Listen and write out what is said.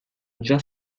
già